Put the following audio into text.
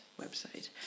website